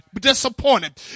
disappointed